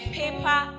paper